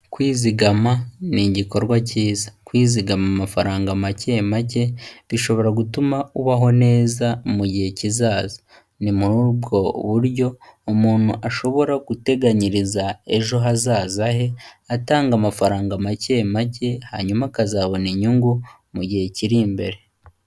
kwizigama, ni igikorwa cyiza kwizigama amafaranga make make bishobora gutuma ubaho neza mu gihe kizaza ni muri ubwo buryo umuntu ashobora guteganyiriza ejo hazaza he atanga amafaranga make make hanyuma akazabona inyungu mu gihe kiri imbere.